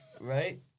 right